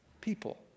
people